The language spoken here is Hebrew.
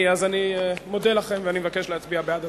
אני מודה לכם, ואני מבקש להצביע בעד הצעת החוק.